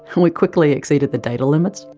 and we quickly exceeded the data limits,